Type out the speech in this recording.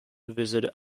visited